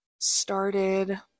started